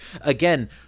again